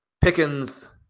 Pickens